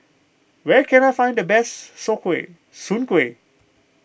where can I find the best Soon Kway Soon Kway